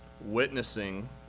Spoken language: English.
witnessing